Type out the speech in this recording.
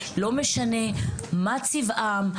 לא משנה מה צבעם,